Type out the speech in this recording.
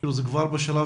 לכם עותק מההצעה.